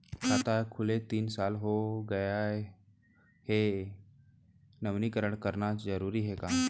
खाता खुले तीन साल हो गया गये हे नवीनीकरण कराना जरूरी हे का?